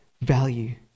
value